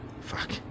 Fuck